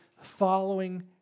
following